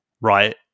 right